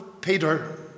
Peter